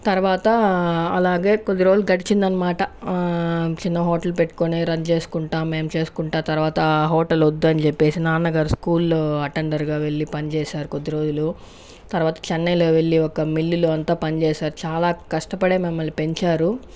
తర్వాత అలాగే కొద్ది రోజులు గడిచిందనమాట చిన్న హోటల్ పెట్టుకుని రన్ చేసుకుంటా మేము చేసుకుంటా తర్వాత ఆ హోటల్ వద్దని చెప్పేసి నాన్నగారు స్కూల్ లో అటెండర్ గా వెళ్లి పని చేశారు కొద్ది రోజులు తర్వాత చెన్నైలో వెళ్లి ఒక మిల్లు లో అంతా పని చేశారు చాలా కష్టపడే మమ్మల్ని పెంచారు